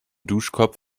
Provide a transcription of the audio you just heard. duschkopf